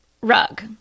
Rug